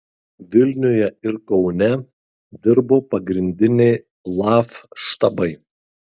vilniuje ir kaune dirbo pagrindiniai laf štabai